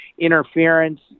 interference